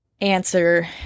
answer